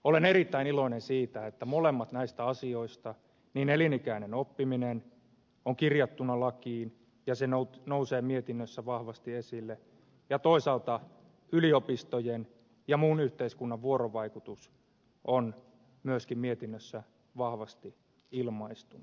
olen erittäin iloinen siitä että molemmat näistä asioista on kirjattuna lakiin toisaalta elinikäinen oppiminen joka nousee mietinnössä vahvasti esille ja toisaalta yliopistojen ja muun yhteiskunnan vuorovaikutus on myöskin mietinnössä vahvasti ilmaistuna